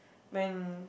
when